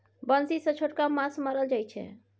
बंसी सँ छोटका माछ मारल जाइ छै